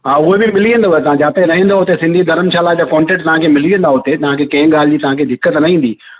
हा उहे बि मिली वेंदव तव्हां जाते लहंदव हुते सिंधी धर्मशाला जा कॉन्टेक्ट तव्हांखे मिली वेंदा हुते तव्हांखे कंहिं ॻाल्हि जी तव्हांखे दिक़त न ईंदी